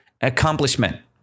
accomplishment